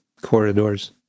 corridors